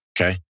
Okay